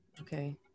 okay